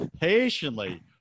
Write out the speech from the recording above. Patiently